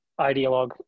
ideologue